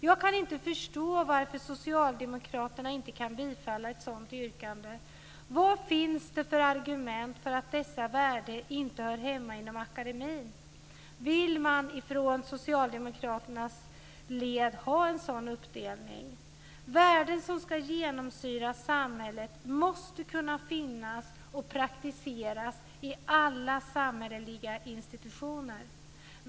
Jag kan inte förstå varför inte socialdemokraterna kan bifalla ett sådant yrkande. Vad finns det för argument för att dessa värden inte hör hemma inom akademin? Vill man från socialdemokraternas sida ha en sådan här uppdelning? Värden som ska genomsyra samhället måste kunna finnas och praktiseras i alla samhälleliga institutioner.